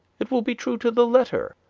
it will be true to the letter,